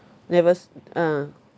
there was ah